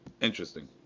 interesting